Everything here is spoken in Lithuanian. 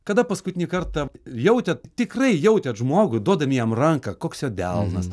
kada paskutinį kartą jautėt tikrai jautėt žmogų duodami jam ranką koks jo delnas